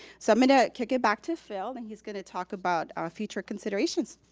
so i'm gonna kick it back to phil and he's gonna talk about ah future considerations.